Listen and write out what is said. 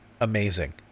amazing